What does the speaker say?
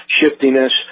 shiftiness